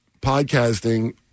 podcasting